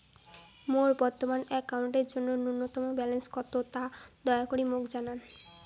মোর বর্তমান অ্যাকাউন্টের জন্য ন্যূনতম ব্যালেন্স কত তা দয়া করি মোক জানান